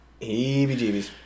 Heebie-jeebies